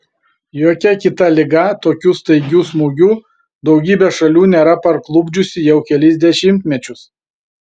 jokia kita liga tokiu staigiu smūgiu daugybės šalių nėra parklupdžiusi jau kelis dešimtmečius